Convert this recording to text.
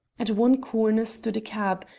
at one corner stood a cab,